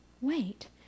wait